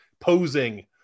posing